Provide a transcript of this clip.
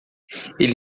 ele